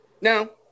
No